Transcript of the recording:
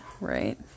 Right